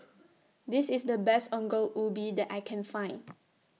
This IS The Best Ongol Ubi that I Can Find